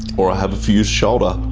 or i have a fused shoulder.